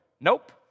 Nope